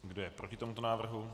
Kdo je proti tomuto návrhu?